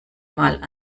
mal